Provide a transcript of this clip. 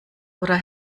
oder